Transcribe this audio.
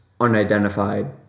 unidentified